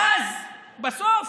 ואז בסוף